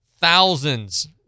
thousands